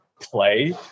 play